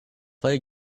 play